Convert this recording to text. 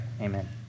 amen